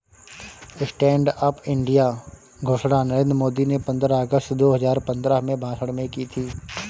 stand up India की घोषणा नरेंद्र मोदी ने पंद्रह अगस्त दो हजार पंद्रह में भाषण में की थी